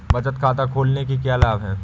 बचत खाता खोलने के क्या लाभ हैं?